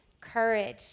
courage